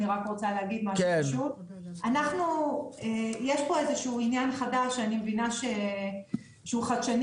יש פה עניין חדש שאני מבינה שהוא חדשני